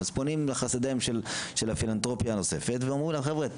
אז פונים לחסדיהם של הפילנתרופיה הנוספת ואומרים להם חבר'ה,